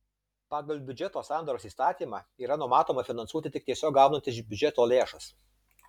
pagal biudžeto sandaros įstatymą yra numatoma finansuoti tik tiesiog gaunant iš biudžeto lėšas